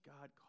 God